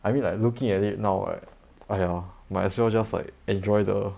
I mean like looking at it now right !aiya! might as well just like enjoy the